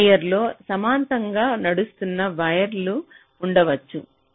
అదే లేయర్ లో సమాంతరంగా నడుస్తున్న ఇతర వైర్లు ఉండవచ్చు